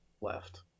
left